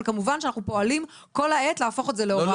אבל כמובן שאנחנו פועלים כל העת להפוך את זה להוראת קבע.